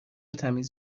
تمیز